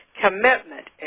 commitment